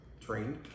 trained